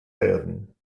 werden